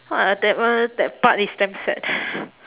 !wah! that one that part is damn sad